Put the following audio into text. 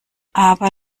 aber